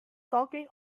talking